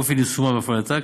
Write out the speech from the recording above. אופן יישומה והפעלתה,